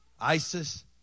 ISIS